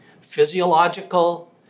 physiological